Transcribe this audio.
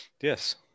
Yes